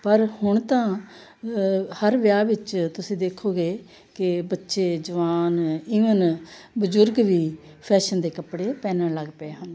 ਪਰ ਹੁਣ ਤਾਂ ਹਰ ਵਿਆਹ ਵਿੱਚ ਤੁਸੀਂ ਦੇਖੋਗੇ ਕਿ ਬੱਚੇ ਜਵਾਨ ਇਵਨ ਬਜ਼ੁਰਗ ਵੀ ਫੈਸ਼ਨ ਦੇ ਕੱਪੜੇ ਪਹਿਨਣ ਲੱਗ ਪਏ ਹਨ